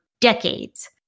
decades